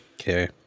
Okay